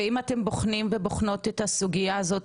ואם אתם בוחנים ובוחנות את הסוגיה הזו,